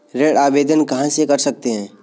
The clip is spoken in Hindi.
ऋण आवेदन कहां से कर सकते हैं?